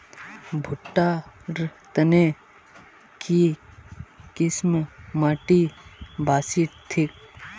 भुट्टा र तने की किसम माटी बासी ठिक?